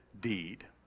deed